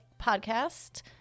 podcast